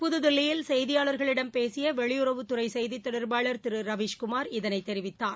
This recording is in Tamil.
புதுதில்லியில் செய்தியாளர்களிடம் பேசிய பெவெளியுறவுத்துறை செய்தித் தொடர்பாளர் திரு ரவிஷ்குமார் இதனை தெரிவித்தார்